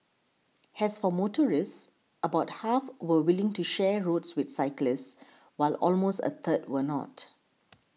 as for motorists about half were willing to share roads with cyclists while almost a third were not